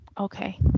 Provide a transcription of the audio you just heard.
okay